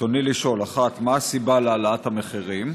ברצוני לשאול: 1. מה הסיבה להעלאת המחירים?